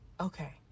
okay